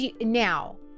now